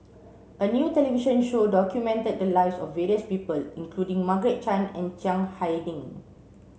a new television show documented the lives of various people including Margaret Chan and Chiang Hai Ding